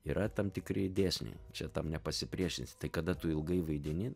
yra tam tikri dėsniai čia tam nepasipriešinsi tai kada tu ilgai vaidini